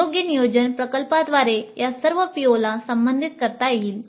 योग्य नियोजन प्रकल्पांद्वारे या सर्व PO ला संबोधित करता येईल